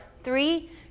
three